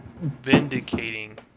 Vindicating